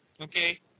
Okay